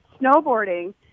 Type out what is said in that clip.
Snowboarding